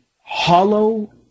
hollow